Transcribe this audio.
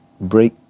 break